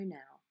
now